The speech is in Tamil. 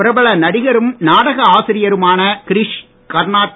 பிரபல நடிகரும் நாடக ஆசிரியருமான கிரீஷ் கர்னார்ட்